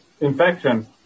infection